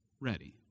ready